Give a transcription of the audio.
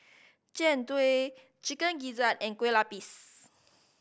Jian Dui Chicken Gizzard and Kueh Lapis